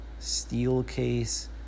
Steelcase